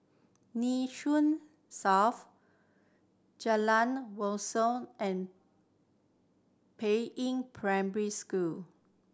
Nee Soon South Jalan Wat Siam and Peiying Primary School